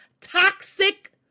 toxic